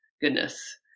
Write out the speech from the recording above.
goodness